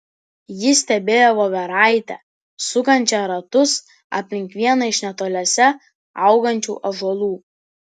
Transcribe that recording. ji stebėjo voveraitę sukančią ratus aplink vieną iš netoliese augančių ąžuolų